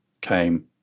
came